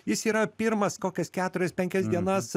jis yra pirmas kokias keturias penkias dienas